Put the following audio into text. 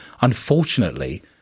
unfortunately